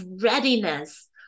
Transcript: readiness